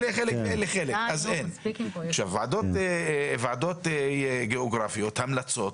ועדות גיאוגרפיות, המלצות,